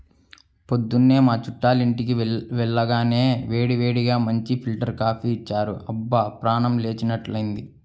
పొద్దున్న మా చుట్టాలింటికి వెళ్లగానే వేడివేడిగా మంచి ఫిల్టర్ కాపీ ఇచ్చారు, అబ్బా ప్రాణం లేచినట్లైంది